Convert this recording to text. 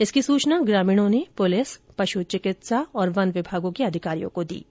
इसकी सूचना ग्रामीणों ने पुलिस पशु चिकित्सा और वन विभागों के अधिकारियों को र्द दी है